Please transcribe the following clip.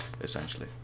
essentially